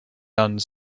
done